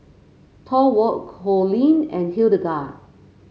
Thorwald Coleen and Hildegard